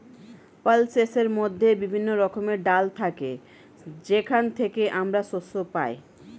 পালসেসের মধ্যে বিভিন্ন রকমের ডাল থাকে যেখান থেকে আমরা শস্য পাই